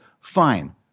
fine